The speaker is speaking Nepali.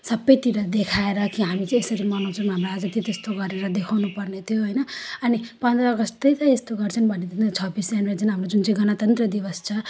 सबैतिर देखाएर कि हामी चाहिँ यसरी मनाउँछौँ हाम्रो आजादी त्यस्तो गरेर देखाउनुपर्ने थियो होइन अनि पन्ध्र अगस्त त्यही त यस्तो गर्छन् भने तिनीहरू छब्बिस जनवरी हाम्रो जुन चाहिँ गणतन्त्र दिवस छ